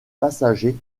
passagers